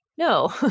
No